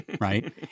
right